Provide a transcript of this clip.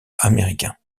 américain